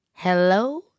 Hello